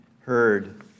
heard